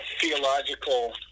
theological